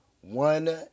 One